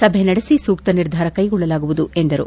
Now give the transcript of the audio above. ಸಭೆ ನಡೆಸಿ ಸೂಕ್ತ ನಿರ್ಧಾರ ಕ್ಷೆಗೊಳ್ಟಲಾಗುವುದು ಎಂದರು